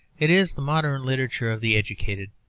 it is the modern literature of the educated,